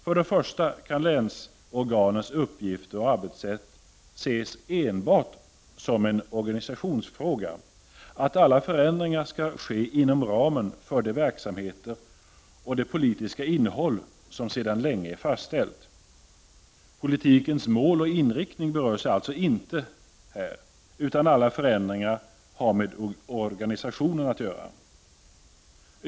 För det första kan länsorganens uppgifter och arbetssätt ses enbart som en organisationsfråga så till vida att alla förändringar skall ske inom ramen för de verksamheter och det politiska innehåll som sedan länge är fastställt. Politikens mål och inriktning berörs således inte alls, utan alla förändringar har med organisationen att göra.